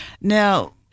now